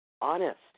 Honest